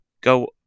go